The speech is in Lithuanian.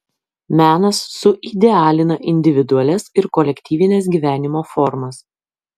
menas suidealina individualias ir kolektyvines gyvenimo formas